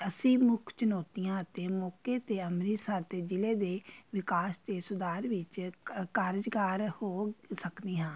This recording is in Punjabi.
ਅਸੀਂ ਮੁੱਖ ਚੁਣੌਤੀਆਂ ਅਤੇ ਮੌਕੇ 'ਤੇ ਅੰਮ੍ਰਿਤਸਰ ਦੇ ਜਿਲ੍ਹੇ ਦੇ ਵਿਕਾਸ ਅਤੇ ਸੁਧਾਰ ਵਿੱਚ ਕ ਕਾਰਜਗਾਰ ਹੋ ਸਕਦੇ ਹਾਂ